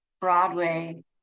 Broadway